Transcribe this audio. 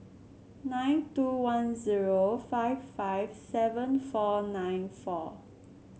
nine two one zero five five seven four nine four